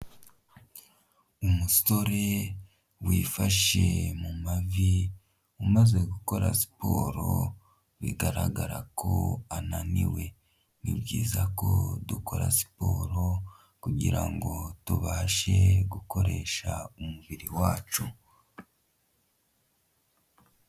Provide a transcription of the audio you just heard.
Umusore wifashe mu mavi umaze gukora siporo bigaragara ko ananiwe nibiza ko dukora siporo kugirango tubashe gukoresha umubiri wacu.